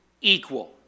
equal